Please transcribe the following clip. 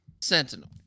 Sentinel